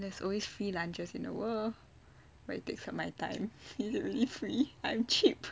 there's always free lunches in the world but it takes up my time is it really free I'm cheap